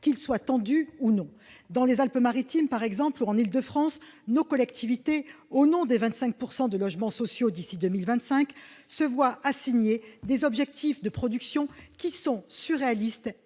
qu'ils soient tendu ou non dans les Alpes-Maritimes, par exemple en Île-de-France nos collectivités au nom des 25 pourcent de de logements sociaux d'ici 2025 se voit assigner des objectifs de production qui sont surréalistes